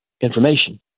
information